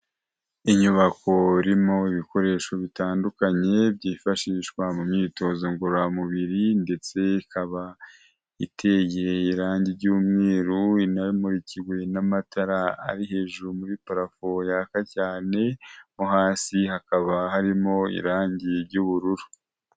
Inyubako irimo ibikoresho bitandukanye byifashishwa mu myitozo ngororamubiri ndetse ikaba iteye ry'umweru inamurikiwe n'amatara ari hejuru muri parafo yaka cyane mo hasi hakaba harimo irangi ry'ubururu.